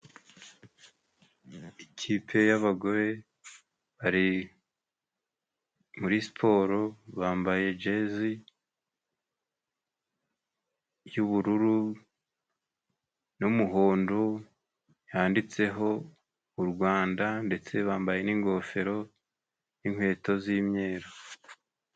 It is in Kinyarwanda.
Ikipe y'abagore bari muri siporo bambaye jezi y'ubururu n'umuhondo yanditseho u Rwanda ndetse bambaye n'ingofero n'inkweto z'imyeru.